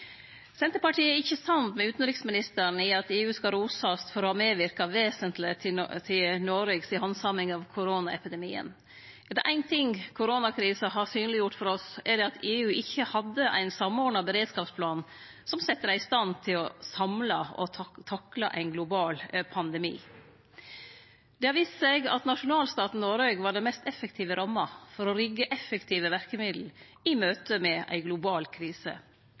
Senterpartiet er ikkje samd med utanriksministeren i at EU skal rosast for å ha medverka vesentleg til Noregs handsaming av koronaepidemien. Er det éin ting koronakrisa har synleggjort for oss, er det at EU ikkje hadde ein samordna beredskapsplan som sette dei i stand til samla å takle ein global pandemi. Det har vist seg at nasjonalstaten Noreg var den mest effektive ramma for å rigge effektive verkemiddel i møte med ei global krise